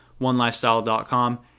onelifestyle.com